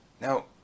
Now